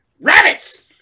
rabbits